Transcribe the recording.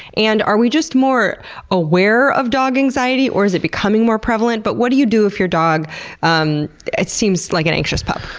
and are we just more aware of dog anxiety, or is it becoming more prevalent? but what do you do if your dog um seems like an anxious pup?